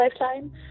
lifetime